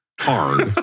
hard